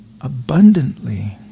abundantly